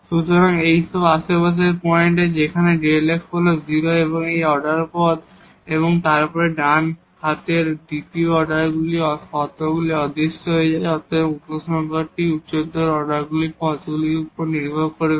সুতরাং এই সব আশেপাশের পয়েন্ট যেখানে Δ f হল 0 এবং এই তৃতীয় অর্ডার পদ তারপর ডান হাতের দ্বিতীয় অর্ডার শর্তগুলি অদৃশ্য হয়ে যায় এবং অতএব উপসংহারটি উচ্চতর অর্ডার পদগুলির উপর নির্ভর করবে